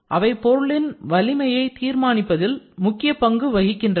அவை பொருளின் வலிமையை தீர்மானிப்பதில் முக்கிய பங்கு வகிக்கின்றன